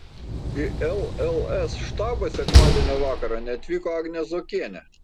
į lls štabą sekmadienio vakarą neatvyko agnė zuokienė